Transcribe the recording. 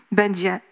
będzie